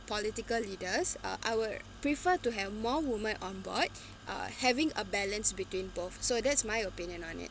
political leaders uh I'll prefer to have more women on board uh having a balance between both so that's my opinion on it